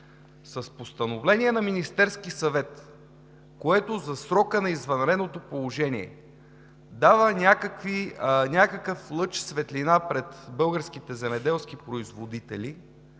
Постановлението на Министерския съвет, което за срока на извънредното положение дава някакъв лъч светлина пред българските земеделски производители,